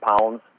pounds